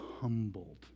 humbled